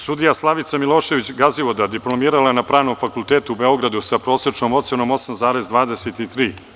Sudija Slavica Milošević Gazivoda, diplomirala na Pravnom fakultetu u Beogradu sa prosečnom ocenom 8,23.